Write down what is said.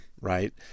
right